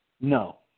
no